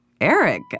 Eric